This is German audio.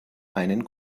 einen